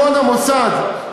נוספת: